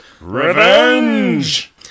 Revenge